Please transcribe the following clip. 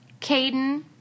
caden